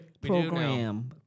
program